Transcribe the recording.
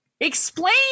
Explain